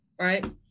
right